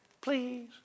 please